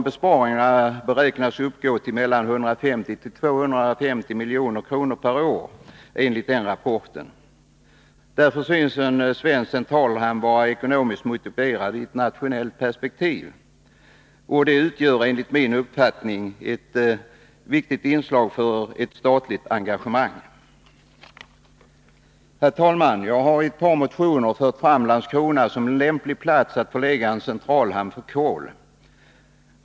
Besparingarna beräknas uppgå till mellan 150 och 250 milj.kr. per år enligt denna rapport. Därför synes en svensk centralhamn vara ekonomiskt motiverad i ett nationellt perspektiv, och detta utgör enligt min uppfattning ett viktigt incitament för ett statligt engagemang. Herr talman! Jag har i ett par motioner föreslagit Landskrona som lämplig plats till vilken kan förläggas en centralhamn för kol.